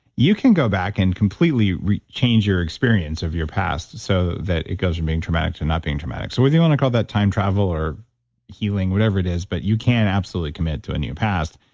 you can go back and completely change your experience of your past so that it goes from being traumatic to not being traumatic. so, whether you want to call that time travel or healing, whatever it is. but you can absolutely commit to a new past.